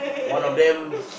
one of them